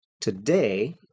Today